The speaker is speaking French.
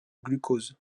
glucose